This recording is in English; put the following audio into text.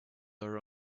our